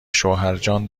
شوهرجان